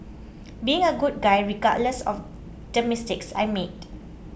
being a good guy regardless of the mistakes I made